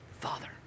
Father